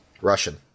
Russian